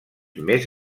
més